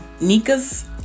Nika's